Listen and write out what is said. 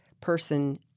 person